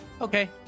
Okay